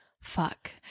fuck